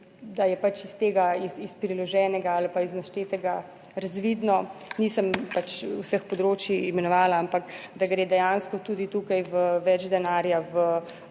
da je pač iz tega, iz priloženega ali pa iz naštetega razvidno, nisem pač vseh področij imenovala, ampak da gre dejansko tudi tukaj v več denarja v